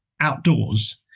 outdoors